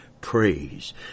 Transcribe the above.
praise